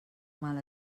mal